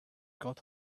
got